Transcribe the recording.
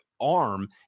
arm